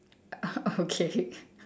ah okay